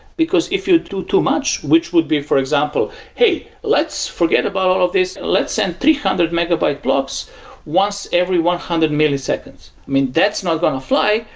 because if you do too much, which would be, for example, hey, let's forget about all of these and let's send three hundred megabyte blocks once every one hundred milliseconds. i mean, that's not going to fly,